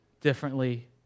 differently